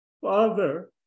Father